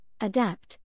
Adapt